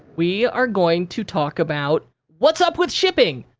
we are going to talk about what's up with shipping,